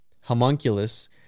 homunculus